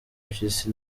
mpyisi